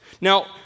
Now